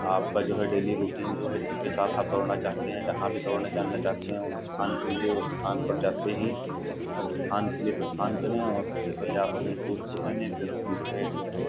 आपका जो है डेली रुटीन जो है जिसके साथ आप दौड़ना चाहते हैं जहाँ भी दौड़ने जाना चाहता है उस स्थान के लिए उस स्थान पर जाते ही और उस स्थान के लिए प्रस्थान करें और सबसे पहले आप अपने शूज़ को पहनें फिर अपने जो है जो वो